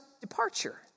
departure